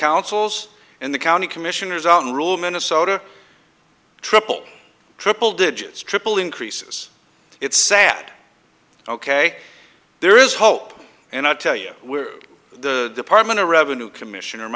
councils and the county commissioners out rule minnesota triple triple digits triple increases it's sad ok there is hope and i tell you where the department of revenue commissioner